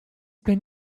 been